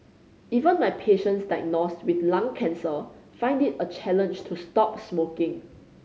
even my patients diagnosed with lung cancer find it a challenge to stop smoking